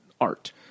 art